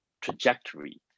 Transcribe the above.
trajectory